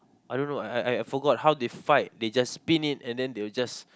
I don't know I I I forgot how they fight they just spin it and then they will just